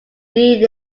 need